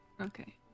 Okay